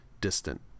distant